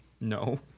No